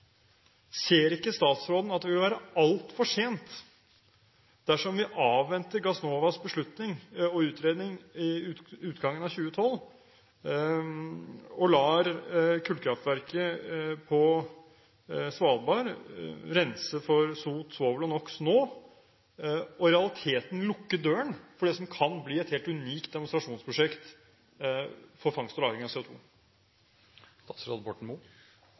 Ser ikke statsråden at det vil være altfor sent dersom vi avventer Gassnovas beslutning og utredning ved utgangen av 2012 og lar kullkraftverket på Svalbard rense for sot, svovel og NOx nå, og at vi i realiteten lukker døren for det som kan bli et helt unikt demonstrasjonsprosjekt for fangst og lagring av